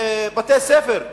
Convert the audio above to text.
בתי-ספר,